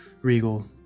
Regal